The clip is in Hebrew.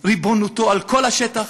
ריבונותו על כל השטח